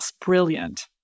Brilliant